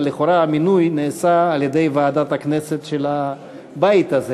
אבל לכאורה המינוי נעשה על-ידי ועדת הכנסת של הבית הזה,